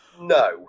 No